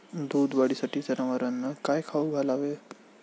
दूध वाढीसाठी जनावरांना काय खाऊ घालावे?